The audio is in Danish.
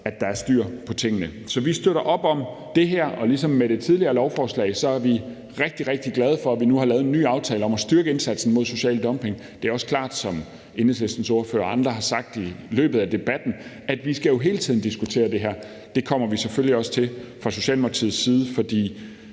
at der er styr på tingene. Så vi støtter op om det her, og ligesom med det tidligere lovforslag er vi rigtig, rigtig glade for, at vi nu har lavet en ny aftale om at styrke indsatsen mod social dumping. Det er også klart, som Enhedslistens ordfører og andre har sagt i løbet af debatten, at vi jo hele tiden skal diskutere det her. Det kommer vi selvfølgelig også til fra Socialdemokratiets side. For i